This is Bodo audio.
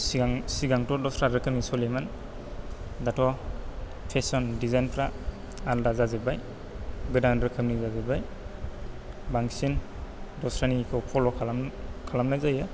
सिगां सिगांथ' दस्रा रोखोमनि सोलियोमोन दा थ' फेशन दिजाइन फ्रा आलादा जाजोब्बाय गोदान रोखोमनि जाजोब्बाय बांसिन दस्रानिखौ फल' खालाम खालामनाय जायो